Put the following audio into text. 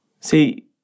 see